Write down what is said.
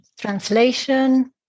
translation